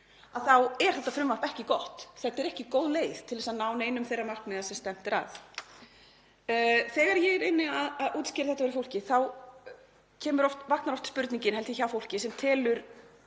þá er þetta frumvarp ekki gott. Þetta er ekki góð leið til að ná neinum þeirra markmiða sem stefnt er að. Þegar ég reyni að útskýra þetta fyrir fólki þá vaknar oft spurningin, held ég, hjá fólki sem telur